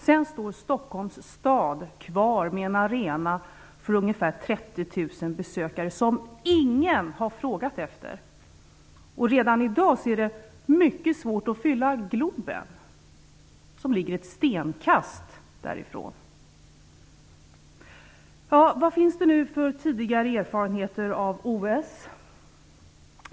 Sedan står Stockholms stad med en arena för ungefär 30 000 besökare som ingen har frågat efter. Redan i dag är det mycket svårt att fylla Globen, som ligger ett stenkast därifrån. Vad finns det för tidigare erfarenheter av OS?